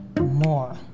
more